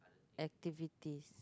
activities